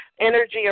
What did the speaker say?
energy